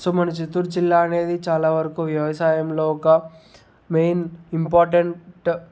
so మన చిత్తూరు జిల్లా అనేది చాలా వరకు వ్యవసాయంలో ఒక మెయిన్ ఇంపార్టెంట్